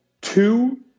Two